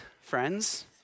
friends